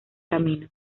camino